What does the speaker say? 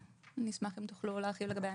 אני אשמח אם תוכלו להרחיב לגבי הנתונים.